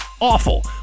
Awful